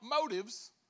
motives